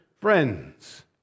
friends